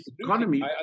economy